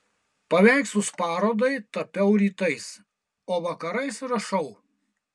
paveikslus parodai tapiau rytais o vakarais rašau